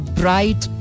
bright